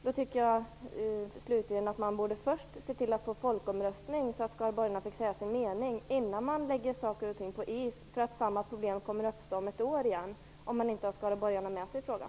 Jag tycker slutligen att man innan man lägger saker och ting på is borde genomföra en folkomröstning, så att skaraborgarna får säga sin mening. Om man inte har skaraborgarna med sig i denna fråga, kommer annars samma problem att uppstå om ett år igen.